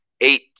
eight